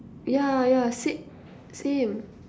yeah yeah sa~ same